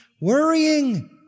worrying